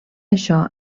això